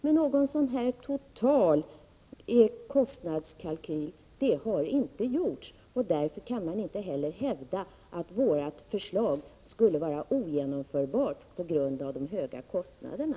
Men någon sådan total kostnadskalkyl har inte gjorts. Därför kan man inte heller hävda att vårt förslag skulle vara ogenomförbart på grund av de höga kostnaderna.